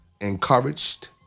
encouraged